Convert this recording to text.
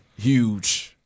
Huge